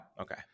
Okay